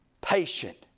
patient